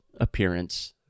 appearance